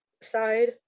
side